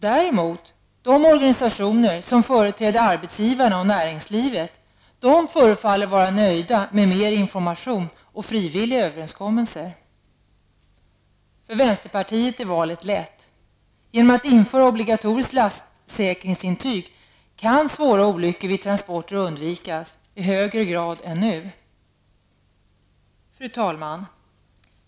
De organisationer däremot som företräder arbetsgivarna och näringslivet förefaller nöjda med mer information och frivilliga överenskommelser. För vänsterpartiet är valet lätt. Genom att införa obligatoriskt lastsäkringsintyg kan svåra olyckor vid transporter undvikas i högre grad än nu. Fru talman!